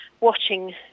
watching